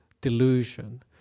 delusion